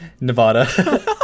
Nevada